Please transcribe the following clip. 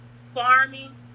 farming